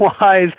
wise